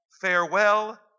Farewell